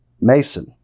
mason